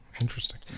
interesting